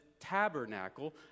tabernacle